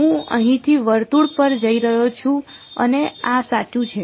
હું અહીંથી વર્તુળ પર જઈ રહ્યો છું અને આ સાચું છે